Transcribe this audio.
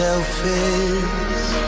Selfish